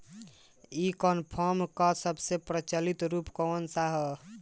ई कॉमर्स क सबसे प्रचलित रूप कवन सा ह?